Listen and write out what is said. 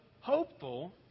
hopeful